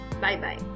Bye-bye